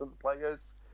players